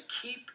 keep